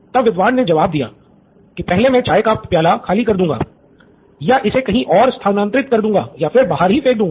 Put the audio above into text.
तब विद्वान ने जवाब दिया कि पहले मैं चाय का प्याला खाली कर दूँगा या इसे कहीं और स्थानांतरित कर दूँगा या फिर बाहर ही फेंक दूँगा